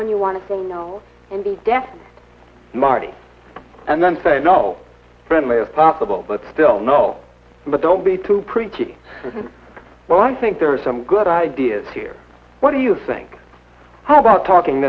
when you want to feel no death marty and then say no friendly as possible but still no but don't be too preachy but i think there are some good ideas here what do you think about talking